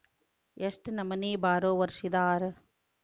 ಎಷ್ಟ್ ನಮನಿ ಬಾರೊವರ್ಸಿದಾರ?